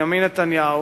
בנימין נתניהו,